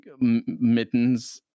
mittens